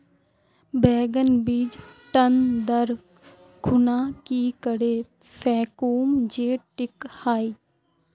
बैगन बीज टन दर खुना की करे फेकुम जे टिक हाई?